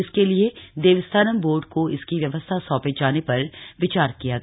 इसके लिए देवस्थानम बोर्ड को इसकी व्यवस्था सौंपे जाने पर विचार किया गया